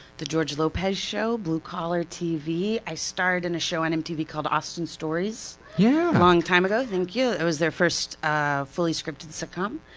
the george lopez show, blue collar tv. i starred in a show on mtv called austin stories. yeah a long time ago thank you. it was their first ah fully scripted sitcom.